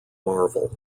marvel